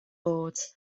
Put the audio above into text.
boards